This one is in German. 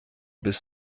bis